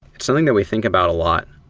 something that we think about a lot.